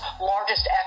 largest